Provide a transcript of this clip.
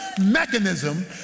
mechanism